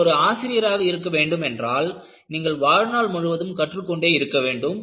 நீங்கள் ஒரு ஆசிரியராக இருக்க வேண்டுமென்றால் நீங்கள் வாழ்நாள் முழுவதும் கற்றுக் கொண்டே இருக்க வேண்டும்